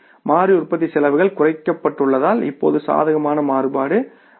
மாறி உற்பத்தி செலவுகள் குறைக்கப்பட்டுள்ளதால் இப்போது சாதகமான மாறுபாடு உள்ளது